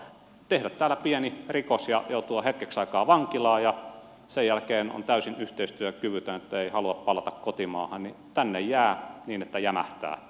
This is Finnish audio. tekemällä täällä pienen rikoksen ja joutumalla hetkeksi aikaa vankilaan ja sen jälkeen on täysin yhteistyökyvytön että ei halua palata kotimaahan niin tänne jää niin että jämähtää